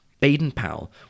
Baden-Powell